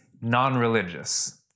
non-religious